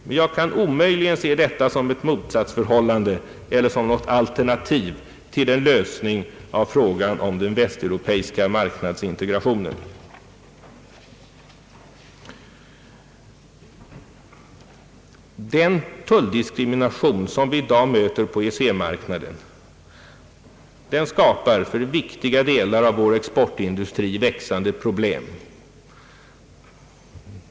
Men jag kan omöjligen se detta som ett motsatsförhållande eller som något alternativ till en lösning av frågan om den västeuropeiska marknadsintegrationen. Den tulldiskrimination som vi i dag möter på EEC-marknaden skapar för viktiga delar av vår exportindustri växande problem.